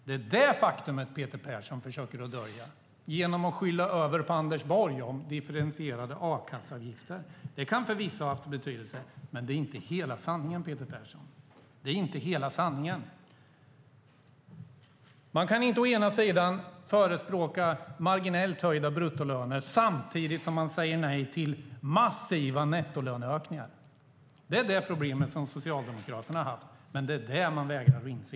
Det är detta faktum som Peter Persson försöka dölja genom att skylla på Anders Borg när det gäller differentierade a-kasseavgifter. Det kan förvisso ha haft betydelse, men det är inte hela sanningen, Peter Persson. Man kan inte å ena sidan förespråka marginellt höjda bruttolöner och å andra sidan säga nej till massiva nettolöneökningar. Det är det problem som Socialdemokraterna har haft. Men det är det som de vägrar att inse.